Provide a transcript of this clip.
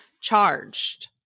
charged